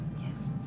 Yes